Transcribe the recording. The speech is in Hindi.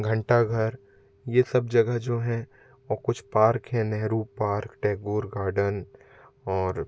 घंटा घर ये सब जगह जो हैं आउ कुछ पार्क है नेहरू पार्क टैगोर गार्डन और